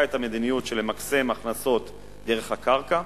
את המדיניות של למקסם הכנסות דרך הקרקע,